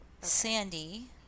Sandy